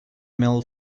mill